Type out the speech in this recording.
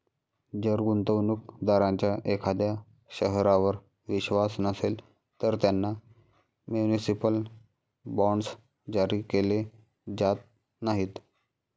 जर गुंतवणूक दारांचा एखाद्या शहरावर विश्वास नसेल, तर त्यांना म्युनिसिपल बॉण्ड्स जारी केले जात नाहीत